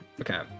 Okay